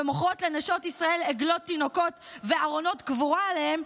ומוכרות לנשות ישראל עגלות תינוקות וארונות קבורה עליהן,